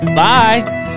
Bye